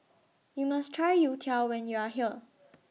YOU must Try Youtiao when YOU Are here